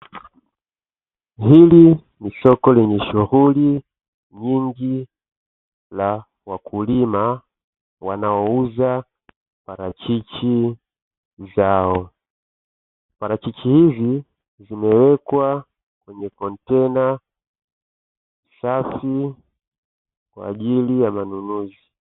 Hili ni soko lenye shughuli nyingi la wakulima wanaouza parachichi zao. Parachichi hizi zimewekwa kwenye kontena safi kwa ajili ya manunuzi.